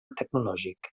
tecnològic